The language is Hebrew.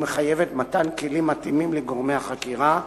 ומחייבת מתן כלים מתאימים לגורמי החקירה,